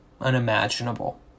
unimaginable